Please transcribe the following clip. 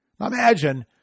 Imagine